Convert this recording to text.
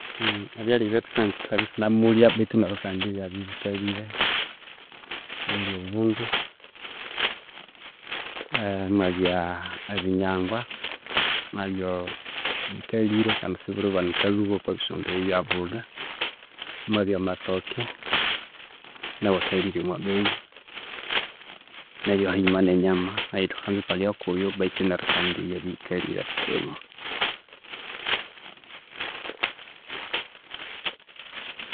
ebyalhya ebyathukanza ithwabya ithunimulhya bethu kandi ebyabya bikalhire mulhi obundu emwabya ebinyangwa, emwabya bikalhire kandi sibiribanika lhuba ghukabisondaya ebyabulha imwabya amatooke nawu nawu akalhire omwa beyi neryu haghima ne nyama eyo thukanza ithwalhya kuyu bethu neryu kandi iyabya ghikalhire kutsibu.